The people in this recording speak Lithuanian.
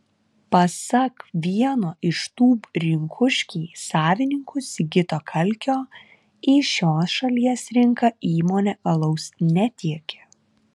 pasak vieno iš tūb rinkuškiai savininkų sigito kalkio į šios šalies rinką įmonė alaus netiekia